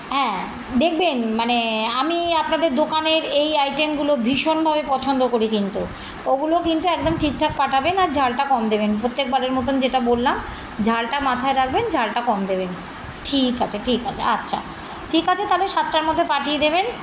হ্যাঁ দেখবেন মানে আমি আপনাদের দোকানের এই আইটেমগুলো ভীষণভাবে পছন্দ করি কিন্তু ওগুলো কিন্তু একদম ঠিকঠাক পাঠাবেন আর ঝালটা কম দেবেন প্রত্যেকবারের মতন যেটা বললাম ঝালটা মাথায় রাখবেন ঝালটা কম দেবেন ঠিক আছে ঠিক আছে আচ্ছা ঠিক আছে তাহলে সাতটার মধ্যে পাঠিয়ে দেবেন